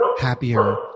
happier